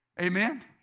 Amen